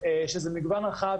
שזה מגוון רחב,